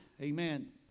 Amen